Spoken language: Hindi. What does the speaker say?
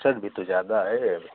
सेट भी तो ज़्यादा है